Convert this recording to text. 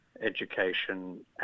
education